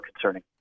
concerning